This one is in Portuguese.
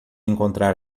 encontrar